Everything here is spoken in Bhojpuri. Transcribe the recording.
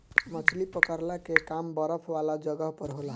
मछली पकड़ला के काम बरफ वाला जगह पर होला